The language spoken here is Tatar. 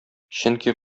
чөнки